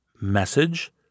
Message